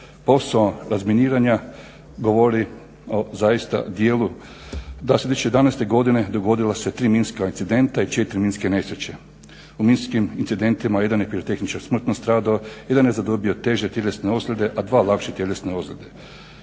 posao razminiranja govori o zaista dijelu da se 2011. godine dogodila se 3 minska incidenta i 4 minske nesreće. U minskim incidentima jedan je pirotehničar smrtno stradao, jedan je zadobio teže tjelesne ozljede, a dva lakše tjelesne ozljede.